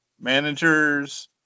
managers